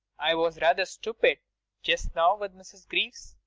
i was rather stupid just now with mrs. greaves.